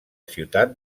ciutat